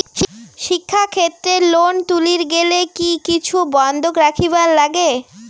শিক্ষাক্ষেত্রে লোন তুলির গেলে কি কিছু বন্ধক রাখিবার লাগে?